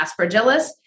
Aspergillus